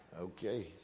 Okay